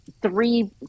three